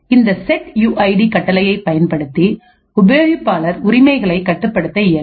இந்த set U ID கட்டளையை பயன்படுத்தி உபயோகிப்பாளர் உரிமைகளை கட்டுப்படுத்த இயலும்